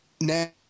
now